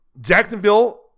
Jacksonville